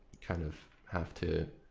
kind of have to